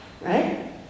Right